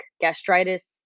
gastritis